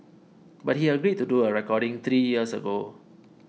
but he agreed to do a recording three years ago